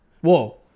Whoa